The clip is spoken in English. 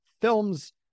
films